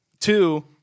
two